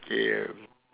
yup